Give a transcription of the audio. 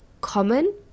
common